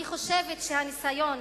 אני חושבת שהניסיון